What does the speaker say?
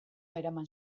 eraman